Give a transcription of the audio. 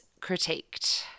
critiqued